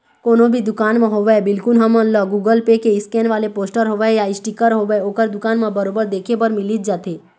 कोनो भी दुकान म होवय बिल्कुल हमन ल गुगल पे के स्केन वाले पोस्टर होवय या इसटिकर होवय ओखर दुकान म बरोबर देखे बर मिलिच जाथे